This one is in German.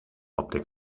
optiker